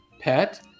pet